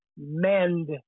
mend